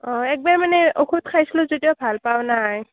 অঁ একবাৰ মানে ঔষধ খাইছিলোঁ তেতিয়াও ভাল পোৱা নাই